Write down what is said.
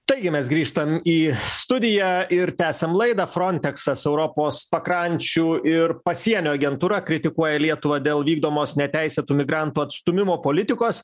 taigi mes grįžtam į studiją ir tęsiam laidą fronteksas europos pakrančių ir pasienio agentūra kritikuoja lietuvą dėl vykdomos neteisėtų migrantų atstūmimo politikos